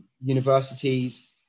universities